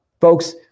Folks